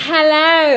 Hello